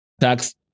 Tax